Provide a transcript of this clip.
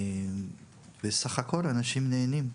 בסך הכול אנשים נהנים.